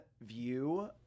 view